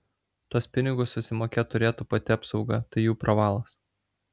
tuos pinigus susimokėt turėtų pati apsauga tai jų pravalas